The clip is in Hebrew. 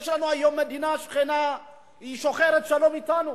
יש לנו היום מדינה שכנה, היא שוחרת שלום אתנו,